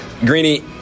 greenie